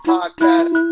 Podcast